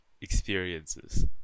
experiences